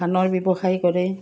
ধানৰ ব্যৱসায় কৰে